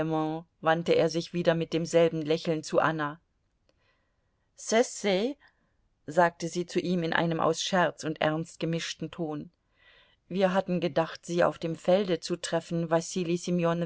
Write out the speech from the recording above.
wandte er sich wieder mit demselben lächeln zu anna cessez sagte sie zu ihm in einem aus scherz und ernst gemischten ton wir hatten gedacht sie auf dem felde zu treffen wasili